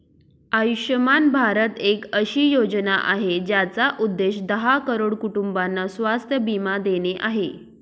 आयुष्यमान भारत एक अशी योजना आहे, ज्याचा उद्देश दहा करोड कुटुंबांना स्वास्थ्य बीमा देणे आहे